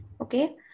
Okay